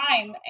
time